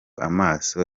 amaso